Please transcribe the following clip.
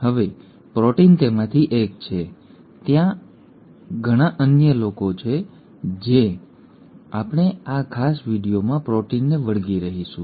હવે પ્રોટીન તેમાંથી એક છે ત્યાં ઘણા અન્ય લોકો છે પરંતુ આપણે આ ખાસ વિડિઓમાં પ્રોટીનને વળગી રહીશું